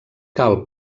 cal